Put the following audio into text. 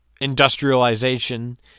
Industrialization